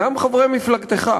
גם חברי מפלגתך,